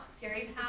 Jerry